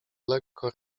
lekko